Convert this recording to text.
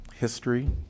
history